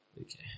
Okay